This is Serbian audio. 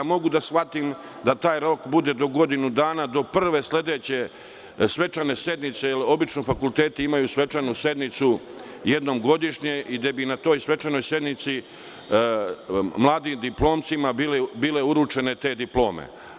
Mogu da shvatim da taj rok bude do godinu dana, do prve sledeće svečane sednice, jer obično fakulteti imaju svečanu sednicu i jednom godišnje i na toj svečanoj sednici bi mladim diplomcima bile uručene te diplome.